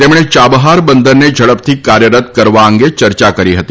તેમણે ચાબહાર બંદરને ઝડપથી કાર્યરત કરવા અંગે ચર્ચા કરી હતી